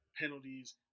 penalties